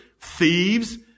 thieves